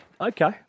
Okay